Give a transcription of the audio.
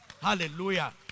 Hallelujah